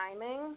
timing